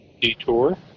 detour